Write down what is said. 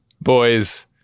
boys